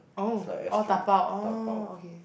oh orh dabao orh okay